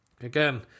again